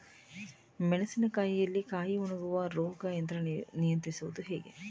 ಮೆಣಸಿನ ಕಾಯಿಯಲ್ಲಿ ಕಾಯಿ ಒಣಗುವ ರೋಗ ನಿಯಂತ್ರಿಸುವುದು ಹೇಗೆ?